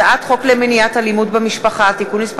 הצעת חוק למניעת אלימות במשפחה (תיקון מס'